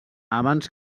abans